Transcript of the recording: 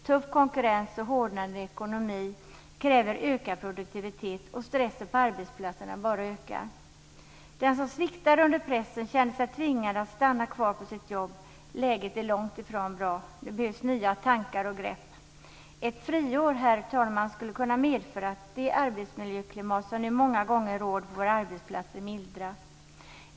Tuff konkurrens och hårdnande ekonomi kräver ökad produktivitet, och stressen på arbetsplatserna bara ökar. Den som sviktar under pressen känner sig tvingad att stanna kvar på sitt jobb. Läget är långt ifrån bra. Det behövs nya tankar och grepp. Ett friår, herr talman, skulle kunna medföra att det arbetsmiljöklimat som nu många gånger råder på våra arbetsplatser mildras.